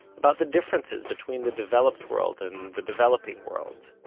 about the differences between the developed world and the developing world.